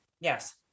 yes